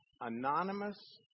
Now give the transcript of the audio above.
anonymous